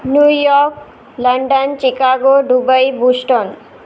New York London Chicago Dubai Boston